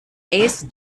ace